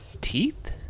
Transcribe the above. teeth